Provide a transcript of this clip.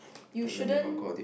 you shouldn't